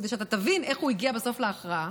כדי שאתה תבין איך הוא הגיע בסוף להכרעה,